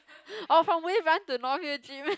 or from wave run to North hill gym meh